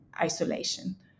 isolation